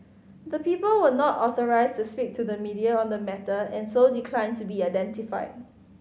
the people were not authorised to speak to the media on the matter and so declined to be identified